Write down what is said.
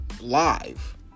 live